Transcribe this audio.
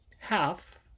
half